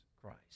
Christ